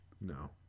No